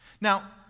now